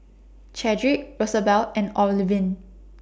Chadrick Rosabelle and Olivine